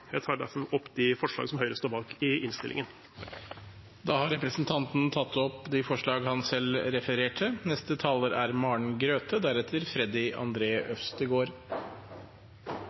Jeg tar derfor opp de forslagene som Høyre står bak i innstillingen. Da har representanten Tore Vamraak tatt opp de forslagene han refererte